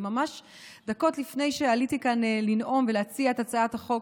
ממש דקות לפני שעליתי כאן לנאום ולהציע את הצעת החוק,